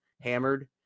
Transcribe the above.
hammered